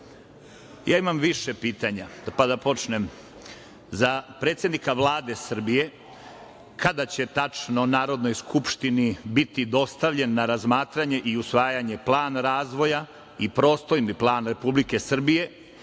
ja imam više pitanja, pa da počnem.Za predsednika Vlade Srbije – kada će tačno Narodnoj skupštini biti dostavljen na razmatranje i usvajanje plan razvoja i prostorni plan Republike Srbije,